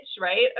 right